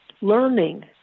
learning